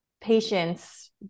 patients